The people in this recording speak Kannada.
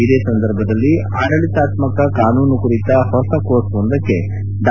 ಇದೇ ಸಂದರ್ಭದಲ್ಲಿ ಆಡಳಿತಾತ್ಮಕ ಕಾನೂನು ಕುರಿತ ಹೊಸ ಕೋರ್ಸ್ವೊಂದಕ್ಕೆ ಡಾ